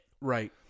Right